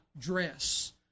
dress